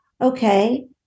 okay